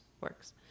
works